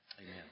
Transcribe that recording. Amen